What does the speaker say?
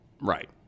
Right